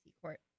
court